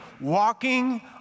walking